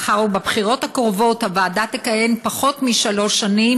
מאחר שבבחירות הקרובות הוועדה תכהן פחות משלוש שנים,